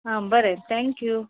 आ बरें थँक्यू